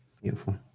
Beautiful